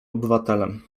obywatelem